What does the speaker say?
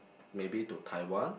maybe to Taiwan